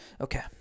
Okay